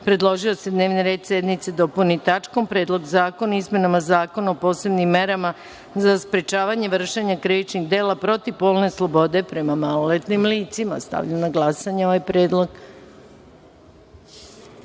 predložio je da se dnevni red sednice dopuni tačkom – Predlog zakona o izmenama Zakona o posebnim merama za sprečavanje vršenja krivičnih dela protiv polne slobode prema maloletnim licima. Stavljam na glasanje